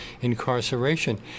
incarceration